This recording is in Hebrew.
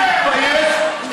אתה צריך להתבייש לך.